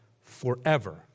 forever